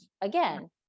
again